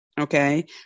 okay